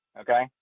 okay